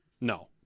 No